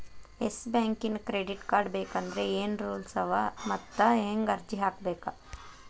Yes ಬ್ಯಾಂಕಿನ್ credit card ಬೇಕಂದ್ರ ಏನ್ ರೂಲ್ಸವ ಮತ್ತ್ ಹೆಂಗ್ ಅರ್ಜಿ ಹಾಕ್ಬೇಕ?